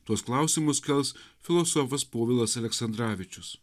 tuos klausimus kels filosofas povilas aleksandravičius